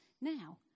now